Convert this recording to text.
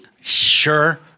Sure